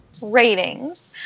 ratings